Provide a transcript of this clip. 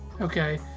Okay